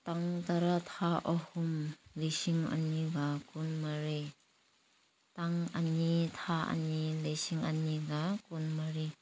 ꯇꯥꯡ ꯇꯔꯥ ꯊꯥ ꯑꯍꯨꯝ ꯂꯤꯁꯤꯡ ꯑꯅꯤꯒ ꯀꯨꯟ ꯃꯔꯤ ꯇꯥꯡ ꯑꯅꯤ ꯊꯥ ꯑꯅꯤ ꯂꯤꯁꯤꯡ ꯑꯅꯤꯒ ꯀꯨꯟꯃꯔꯤ